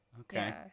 Okay